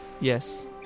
Yes